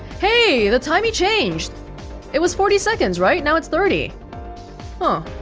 hey, the timie changed it was forty seconds, right? now it's thirty huh.